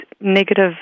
negative